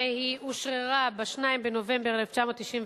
והיא אושררה ב-2 בנובמבר 1991,